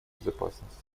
безопасности